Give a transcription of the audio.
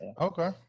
Okay